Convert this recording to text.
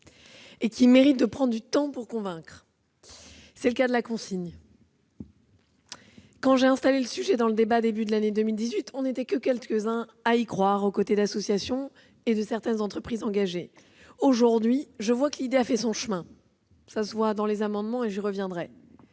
et qui méritent que l'on prenne du temps pour convaincre. C'est le cas de la consigne. Quand j'ai installé le sujet dans le débat au début de l'année 2018, nous n'étions que quelques-uns à y croire, aux côtés d'associations et de certaines entreprises engagées. Aujourd'hui, je vois que l'idée a fait son chemin, notamment au travers d'amendements sur lesquels je reviendrai.